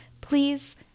please